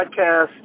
podcast